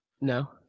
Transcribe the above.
No